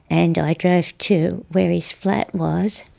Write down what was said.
and i drove to where his flat was,